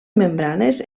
membranes